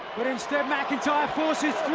but instead, mcintyre forces